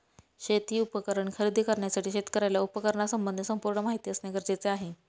शेती उपकरण खरेदी करण्यासाठी शेतकऱ्याला उपकरणासंबंधी संपूर्ण माहिती असणे गरजेचे आहे